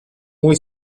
muy